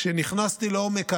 כשנכנסתי לעומק העניין,